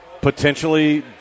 potentially